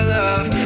love